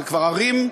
אלו כבר ערים,